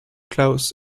claus